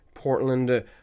Portland